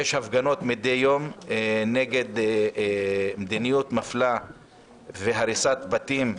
יש הפגנות מדי יום נגד מדיניות מפלה והריסת בתים בלוד,